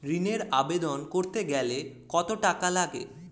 ঋণের আবেদন করতে গেলে কত টাকা লাগে?